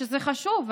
שזה חשוב,